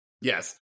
yes